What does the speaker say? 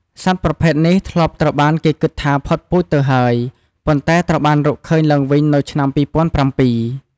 សត្វប្រភេទនេះធ្លាប់ត្រូវបានគេគិតថាបានផុតពូជទៅហើយ ប៉ុន្តែត្រូវបានរកឃើញឡើងវិញនៅឆ្នាំ ២០០៧ ។